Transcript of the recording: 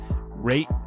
Rate